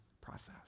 process